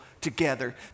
together